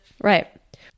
Right